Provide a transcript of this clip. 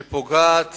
שפוגעת